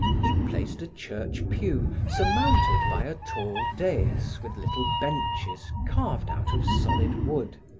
he placed a church pew surmounted by a tall dais with little benches carved out of solid wood.